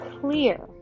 clear